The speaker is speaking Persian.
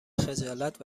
خجالت